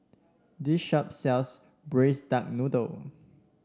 this shop sells Braised Duck Noodle